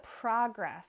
progress